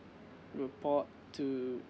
report to